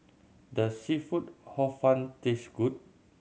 does seafood Hor Fun taste good